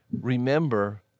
remember